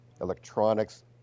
electronics